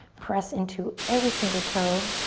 press into every single toe.